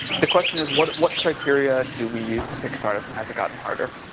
the question is what, what criteria do we use to pick start-ups and has it gotten harder?